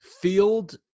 field